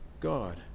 God